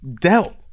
Dealt